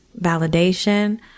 validation